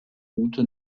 ute